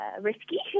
risky